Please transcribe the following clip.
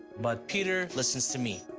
but peter listens to me,